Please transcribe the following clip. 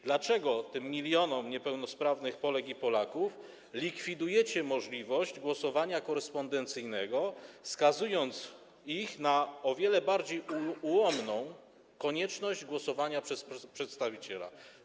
Dlaczego tym milionom niepełnosprawnych Polek i Polaków likwidujecie możliwość głosowania korespondencyjnego, skazując ich na o wiele bardziej ułomną konieczność głosowania przez przedstawiciela?